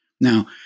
Now